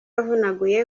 avunaguye